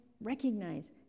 Recognize